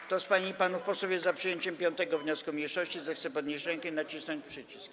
Kto z pań i panów posłów jest za przyjęciem 5. wniosku mniejszości, zechce podnieść rękę i nacisnąć przycisk.